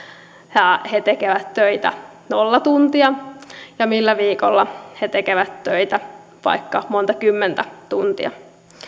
he tekevät töitä nolla tuntia ja millä viikolla he tekevät töitä vaikka monta kymmentä tuntia